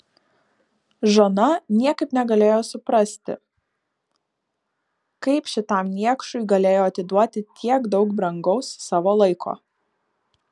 žana niekaip negalėjo suprasti kaip šitam niekšui galėjo atiduoti tiek daug brangaus savo laiko